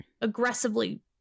aggressively